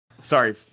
Sorry